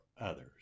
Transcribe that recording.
others